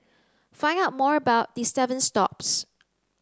find out more about the seven stops